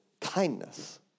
kindness